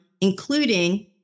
including